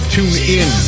TuneIn